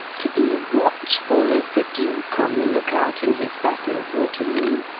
to be watchful as the duke on the look-out in his battle of waterloo,